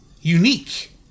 Unique